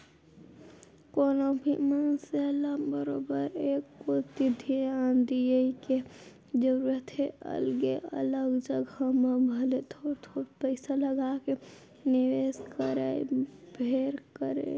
कोनो भी मनसे ल बरोबर ए कोती धियान दिये के जरूरत हे अलगे अलग जघा म भले थोर थोर पइसा लगाके निवेस करय फेर करय